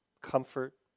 comfort